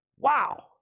Wow